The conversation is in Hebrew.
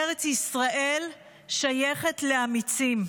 ארץ ישראל שייכת לאמיצים.